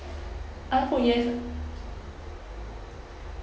I love food yes